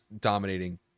dominating